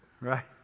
right